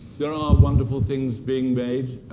there are wonderful things being made,